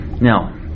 Now